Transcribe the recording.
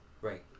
Right